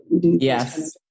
Yes